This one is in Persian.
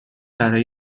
برای